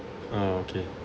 ah okay